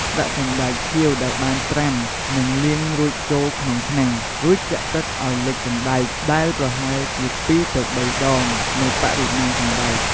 ដាក់ សណ្ដែកខៀវ ដែលបានត្រាំ និងលាងរួចចូលក្នុងឆ្នាំង រួចចាក់ទឹកឱ្យលិចសណ្ដែក ដែលប្រហែលជា ២-៣ ដងនៃបរិមាណសណ្ដែក។